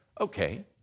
Okay